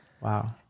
Wow